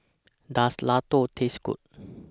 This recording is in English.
Does Ladoo Taste Good